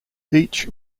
each